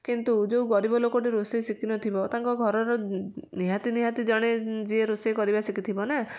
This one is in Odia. କିନ୍ତୁ ଯେଉଁ ଗରୀବ ଲୋକଟି ରୋଷେଇ ଶିକିନଥିବ ତାଙ୍କ ଘରର ନିହାତି ନିହାତି ଜଣେ ଯିଏ ରୋଷେଇ କରିବା ଶିକିଥିବ ନାଁ